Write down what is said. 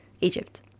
Egypt